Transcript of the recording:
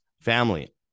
family